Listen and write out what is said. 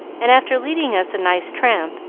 and after leading us a nice tramp,